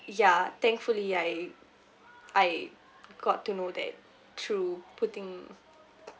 ya thankfully I I got to know that through putting